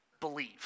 believe